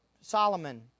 Solomon